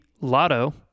Lotto